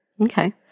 Okay